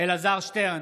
אלעזר שטרן,